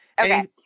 Okay